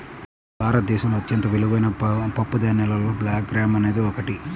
భారతదేశంలో అత్యంత విలువైన పప్పుధాన్యాలలో బ్లాక్ గ్రామ్ అనేది ఒకటి